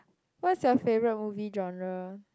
what's your favourite movie genre